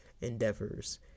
endeavors